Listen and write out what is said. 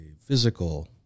physical